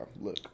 look